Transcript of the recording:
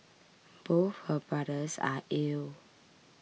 both her brothers are ill